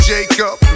Jacob